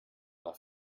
nach